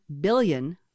billion